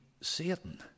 Satan